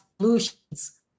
solutions